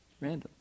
Random